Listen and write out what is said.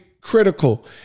critical